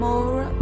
More